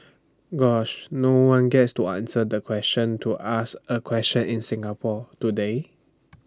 gosh no one gets to answer the question to ask A question in Singapore do they